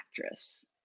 actress